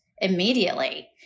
immediately